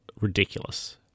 ridiculous